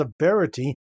severity